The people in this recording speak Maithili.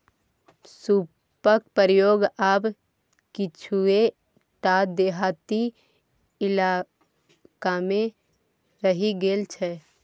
सूपक प्रयोग आब किछुए टा देहाती इलाकामे रहि गेल छै